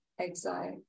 exile